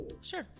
Sure